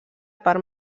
part